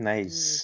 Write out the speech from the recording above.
Nice